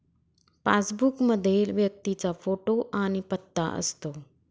passbook मध्ये व्यक्तीचा photo आणि पत्ता असतो